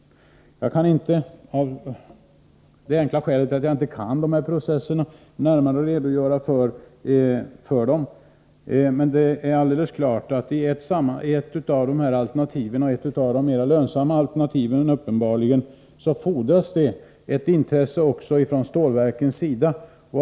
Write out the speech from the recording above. Jag kan inte närmare redogöra för dessa processer av det enkla skälet att jag inte kan dem, men det är alldeles klart att det för ett av de mera lönsamma alternativen fordras också intresse från stålverkens sida.